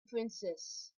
princess